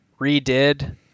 redid